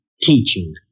teaching